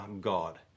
God